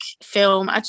film